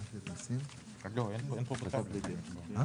רק תגיד את ההקדמה על הסעיף הזה, מה